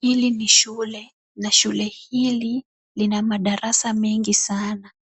Hili ni shule ,na shule hili Ina madarasa mengi sana